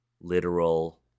literal